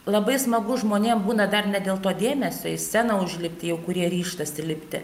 labai smagu žmonėm būna dar ne dėl to dėmesio į sceną užlipti jau kurie ryžtasi lipti